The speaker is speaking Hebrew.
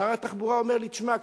שר התחבורה אומר לי: תשמע,